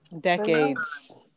decades